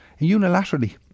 unilaterally